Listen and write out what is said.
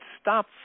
stop